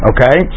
Okay